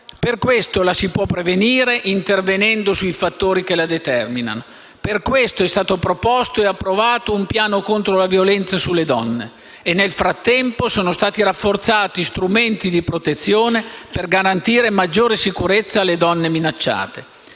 Per questo la si può prevenire, intervenendo sui fattori che la determinano. Per questo è stato proposto ed approvato un piano contro la violenza sulle donne e, nel frattempo, sono stati rafforzati strumenti di protezione per garantire maggiore sicurezza alle donne minacciate.